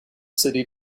city